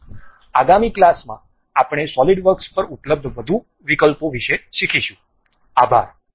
આગામી ક્લાસોમાં આપણે સોલિડ વર્ક્સ પર ઉપલબ્ધ વધુ વિકલ્પો વિશે શીખીશું